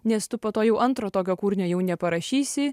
nes tu po to jau antro tokio kūrinio jau neparašysi